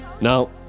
Now